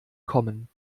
kommen